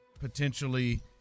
potentially